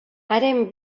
haren